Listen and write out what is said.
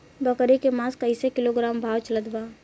बकरी के मांस कईसे किलोग्राम भाव चलत बा?